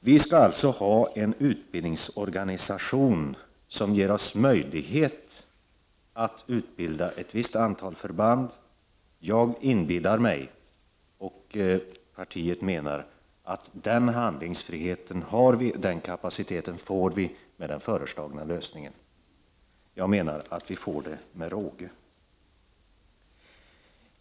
Vi skall alltså ha en utbildningsorganisation som ger oss möjlighet att utbilda ett visst antal förband. Jag inbillar mig och partiet menar att vi har den handlingsfriheten och får den kapaciteten med den föreslagna lösningen — med råge.